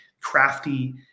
crafty